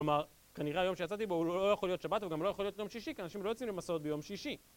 כלומר, כנראה היום שיצאתי בו הוא לא יכול להיות שבת וגם לא יכול להיות יום שישי, כי אנשים לא יוצאים למסעות ביום שישי.